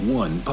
one